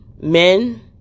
men